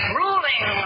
ruling